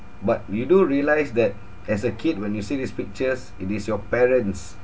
but you do realise that as a kid when you see these pictures it is your parents